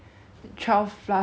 twelve plus right